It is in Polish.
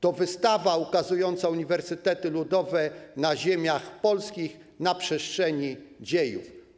To wystawa ukazująca uniwersytety ludowe na ziemiach polskich na przestrzeni dziejów.